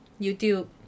YouTube